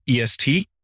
EST